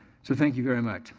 so thank you very much.